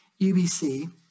UBC